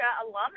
alumni